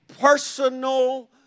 personal